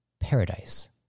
paradise